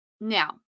Now